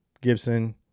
Gibson